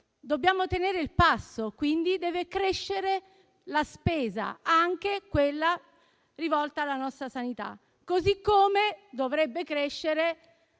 dobbiamo tenere il passo, per cui deve crescere la spesa, anche quella riferita alla nostra sanità. Allo stesso modo, dovrebbe crescere